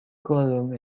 column